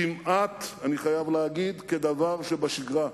כמעט, אני חייב להגיד, כדבר שבשגרה.